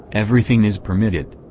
everything is permitted.